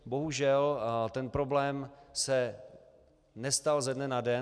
Bohužel ten problém se nestal ze dne na den.